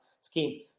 scheme